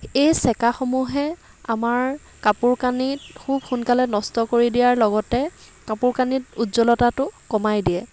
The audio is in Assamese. এই চেকাসমূহে আমাৰ কাপোৰ কানিত খুব সোনকালে নষ্ট কৰি দিয়াৰ লগতে কাপোৰ কানিত উজ্জ্বলতাটো কমাই দিয়ে